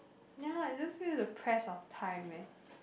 ya I just feel the press of time eh